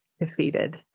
defeated